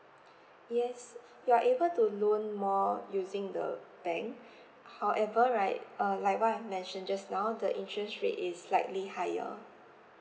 yes you're able to loan more using the bank however right err like what I've mention just now the interest rate is slightly higher